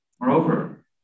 Moreover